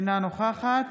אינה נוכחת